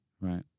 Right